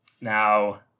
Now